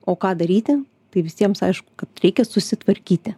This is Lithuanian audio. o ką daryti tai visiems aišku kad reikia susitvarkyti